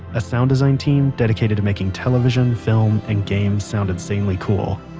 a sound design team dedicated to making television, film, and games sound insanely cool.